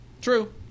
True